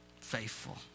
Faithful